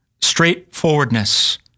straightforwardness